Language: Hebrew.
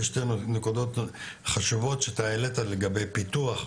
יש שתי נקודות חשובות שאתה העלית לגבי פיתוח,